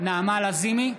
נעמה לזימי,